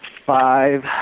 five